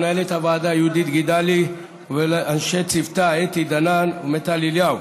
מנהלת הוועדה יהודית גידלי ולצוותה אתי דנן ומיטל אליהו,